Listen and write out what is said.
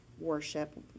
Worship